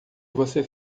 você